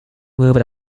moved